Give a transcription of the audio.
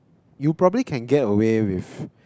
you probably can get away with